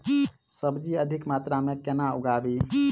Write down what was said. सब्जी अधिक मात्रा मे केना उगाबी?